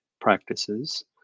practices